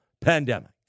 pandemic